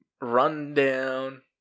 rundown